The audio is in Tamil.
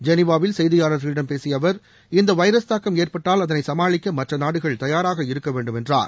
ஜெனிவாவில் செய்தியாளர்களிடம் பேசிய அவர் இந்த வைரஸ் தாக்கம் ஏற்பட்டால் அதனை சமாளிக்க மற்ற நாடுகள் தயாராக இருக்க வேண்டும் என்றார்